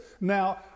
Now